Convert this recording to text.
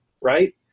right